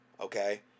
Okay